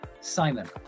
Simon